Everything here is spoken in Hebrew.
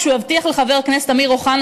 כשהוא הבטיח לחבר הכנסת אמיר אוחנה,